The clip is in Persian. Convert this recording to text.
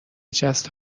جست